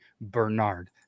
Bernard